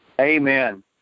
Amen